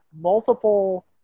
multiple